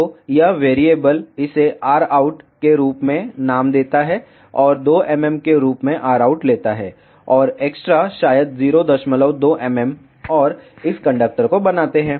तो यह वेरिएबल इसे rout के रूप में नाम देता है और 2 mm के रूप में rout लेता है और एक्स्ट्रा शायद 02 mm और इस कंडक्टर को बनाते हैं